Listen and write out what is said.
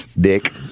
dick